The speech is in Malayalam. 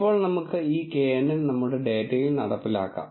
ഇപ്പോൾ നമുക്ക് ഈ knn നമ്മുടെ ഡാറ്റയിൽ നടപ്പിലാക്കാം